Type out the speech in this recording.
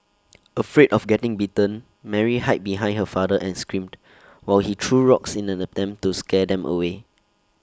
afraid of getting bitten Mary hid behind her father and screamed while he threw rocks in an attempt to scare them away